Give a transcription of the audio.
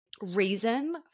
reason